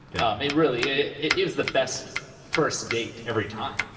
yeah um it really it it was the best first date, every time.